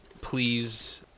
please